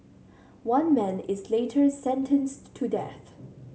one man is later sentenced to death